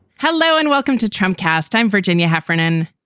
hello and welcome to tramcars time, virginia heffernan.